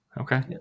Okay